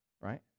right